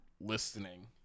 listening